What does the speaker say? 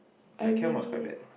I really